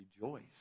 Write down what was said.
rejoice